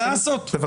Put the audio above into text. גלעד, גלעד.